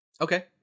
Okay